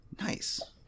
Nice